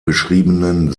beschriebenen